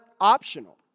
optional